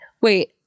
wait